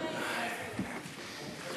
לא, זה בדיוק, מי נתן אותם?